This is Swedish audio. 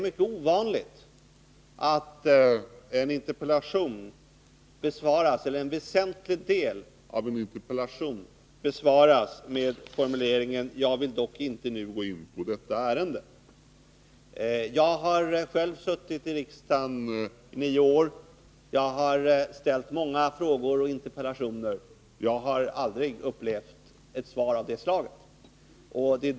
Men det är faktiskt mycket ovanligt att en väsentlig del av en interpellation besvaras med formuleringen: ”Jag vill dock inte nu gå in på detta ärende, -.” Jag har själv suttit med i riksdagen i nio år och har framställt många frågor och interpellationer, men jag har aldrig upplevt ett svar av det slaget.